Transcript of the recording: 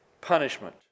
punishment